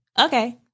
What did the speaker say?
Okay